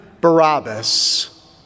Barabbas